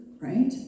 right